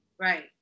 right